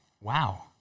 Wow